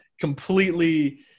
completely